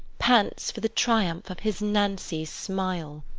pants for the triumph of his nancy's smile!